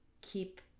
keep